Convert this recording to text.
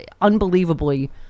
unbelievably—